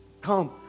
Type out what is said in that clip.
Come